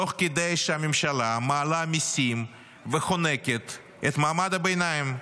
תוך כדי שהממשלה מעלה מיסים וחונקת את מעמד הביניים.